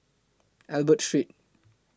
Albert Street